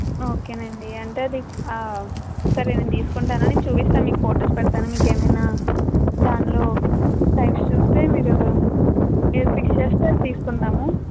okay అండీ అంటే అదీ సరే నేను తీసుకుంటానండీ నేను చూపిస్తాను మీకు ఫొటోస్ పెడతాను మీకు ఏమైనా దానిలో టైప్స్ చూస్తే మీరు ఏది ఫిక్స్ చేస్తే అది తీసుకుందాము